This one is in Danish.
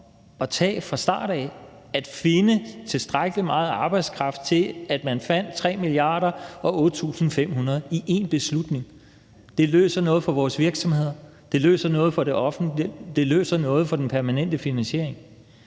at tage fra start af, altså at finde tilstrækkelig meget arbejdskraft til, at man fandt 3 mia. kr. og 8.500 i én beslutning. Det løser noget, for vores virksomheder, det løser noget for det offentlige, og det løser noget for den permanente finansiering.